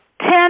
ten